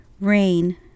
rain